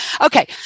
Okay